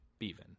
bevan